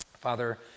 Father